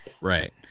Right